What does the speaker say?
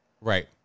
Right